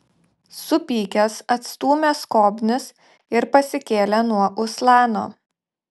supykęs atstūmė skobnis ir pasikėlė nuo uslano